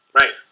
right